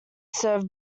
serve